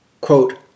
quote